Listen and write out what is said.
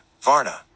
Varna